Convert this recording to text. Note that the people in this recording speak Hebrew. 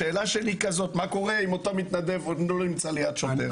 השאלה שלי היא מה קורה אם אותו מתנדב לא נמצא ליד שוטר.